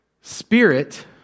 spirit